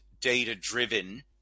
data-driven